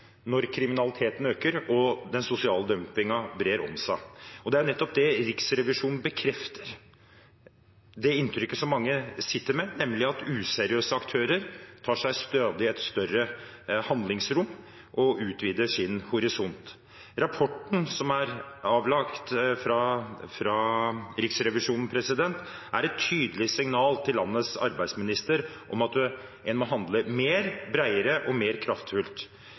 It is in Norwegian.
når kriminaliteten øker og den sosiale dumpingen griper om seg. Riksrevisjonen bekrefter nettopp det inntrykket som mange sitter med, nemlig at useriøse aktører tar seg et stadig større handlingsrom og utvider sin horisont. Rapporten fra Riksrevisjonen er et tydelig signal til landets arbeidsminister om at en må handle mer, bredere og mer kraftfullt.